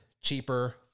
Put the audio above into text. cheaper